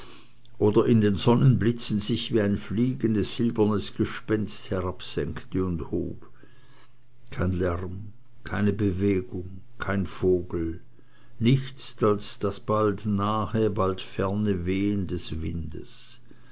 oder in den sonnenblitzen sich wie ein fliegendes silbernes gespenst herabsenkte und hob kein lärm keine bewegung kein vogel nichts als das bald nahe bald ferne wehn des windes